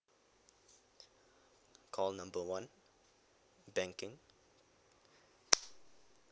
call number one banking